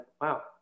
wow